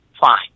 Fine